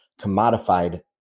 commodified